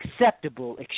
acceptable